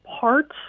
parts